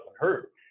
hurt